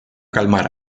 calmar